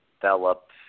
develop